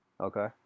Okay